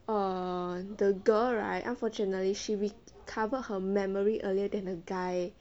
err the girl right unfortunately she recovered her memory earlier than the guy